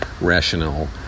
rational